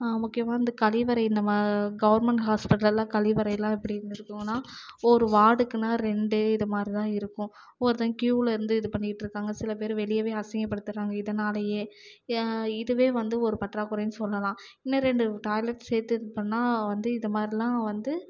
முக்கியமாக வந்து கழிவறை இந்த மா கவர்மெண்ட் ஹாஸ்பிட்டல்லாம் கழிவறை எப்படி இருக்கும்ன்னா ஒரு வார்டுக்கு ரெண்டு இது மாதிரி தான் இருக்கும் ஒருத்தங்க கியூவில் இருந்து இது பண்ணிகிட்டு இருக்காங்க சில பேர் வெளிய அசிங்கம் படுத்துகிறாங்க இதுனாலேயே ஏன் இதுவே வந்து ஒரு பற்றாக்குறைனு சொல்லலாம் இன்னும் ரெண்டு டாய்லட் சேர்த்து இது பண்ணால் வந்து இது மாதிரிலாம் வந்து